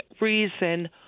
reason